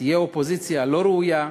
שתהיה אופוזיציה לא ראויה,